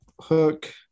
hook